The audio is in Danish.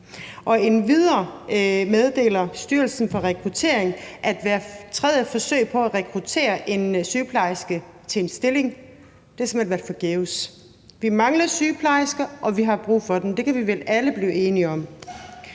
endvidere meddeler Styrelsen for Arbejdsmarked og Rekruttering, at hvert tredje forsøg på at rekruttere en sygeplejerske til en stilling simpelt hen har været forgæves. Vi mangler sygeplejersker, og vi har brug for dem – det kan vi vel alle blive enige om.